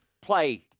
play